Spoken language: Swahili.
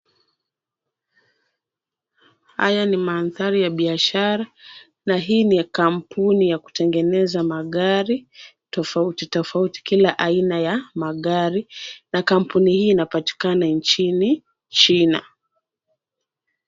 Haya ni mandhari ya biashara, na hii ni kampuni ya kutengeneza magari tofauti tofauti, kila aina ya magari na kampuni hii inapatikana nchini China.